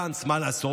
מה לעשות?